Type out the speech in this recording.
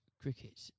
cricket